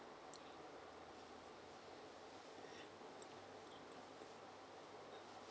<S